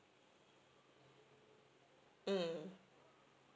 mm